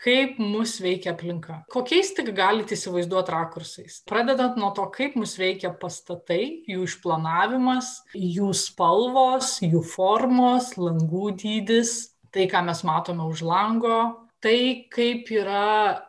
kaip mus veikia aplinka kokiais tik galit įsivaizduot rakursais pradedant nuo to kaip mus veikia pastatai jų išplanavimas jų spalvos jų formos langų dydis tai ką mes matome už lango tai kaip yra